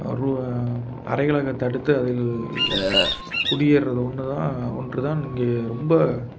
ரு அறைகளாக தடுத்து அதில் குடியேவது ஒன்றுதான் ஒன்றுதான் இங்கே ரொம்ப